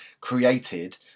created